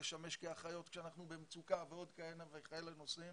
ולשמש כאחיות כשאנחנו במצוקה ועוד כהנה וכאלה נושאים